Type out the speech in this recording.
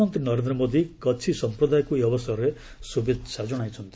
ପ୍ରଧାନମନ୍ତ୍ରୀ ନରେନ୍ଦ୍ର ମୋଦି କଚ୍ଛି ସଂପ୍ରଦାୟକୁ ଏହି ଅବସରରେ ଶୁଭେଚ୍ଛା ଜଣାଇଛନ୍ତି